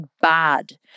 bad